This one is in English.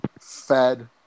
fed